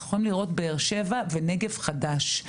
אנחנו יכולים לראות באר שבע ונגב חדשים.